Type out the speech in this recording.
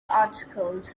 articles